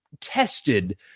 tested